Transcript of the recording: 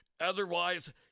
Otherwise